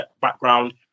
background